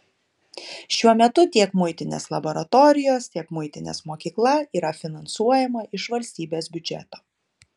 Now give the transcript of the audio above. šiuo metu tiek muitinės laboratorijos tiek muitinės mokykla yra finansuojama iš valstybės biudžeto